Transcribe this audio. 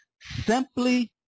simply